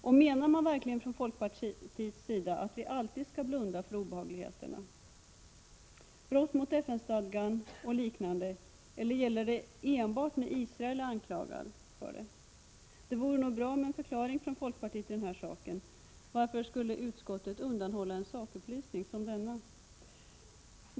Menar folkpartiet verkligen att vi alltid skall blunda för obehagligheterna, som brott mot FN-stadgan och liknande? Eller gäller det enbart när Israel är anklagad för det? Det vore nog bra med en förklaring från folkpartiet i denna sak. Varför skulle utskottet undanhålla en sakupplysning som denna?